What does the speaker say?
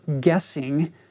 guessing